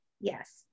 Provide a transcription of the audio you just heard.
Yes